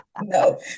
no